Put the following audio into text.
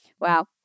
Wow